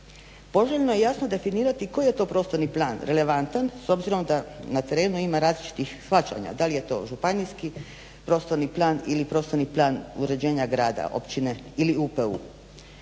Poželjno je jasno definirati koji je to prostorni plan relevantan s obzirom da na terenu ima različitih shvaćanja. Da li je to županijski prostorni plan ili prostorni plan uređenja grada, općine ili …/Ne